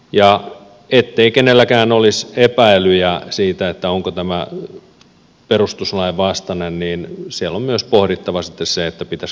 ja ettei kenelläkään olisi epäilyjä siitä onko tämä perustuslain vastainen niin siellä on myös pohdittava sitten se pitäisikö tämä lähettää perustuslakivaliokuntaan